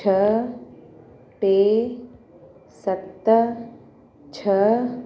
छह टे सत छ्ह